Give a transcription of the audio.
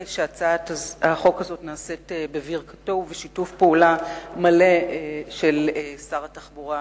ושהצעת החוק הזאת נעשית בברכתו ובשיתוף פעולה מלא של שר התחבורה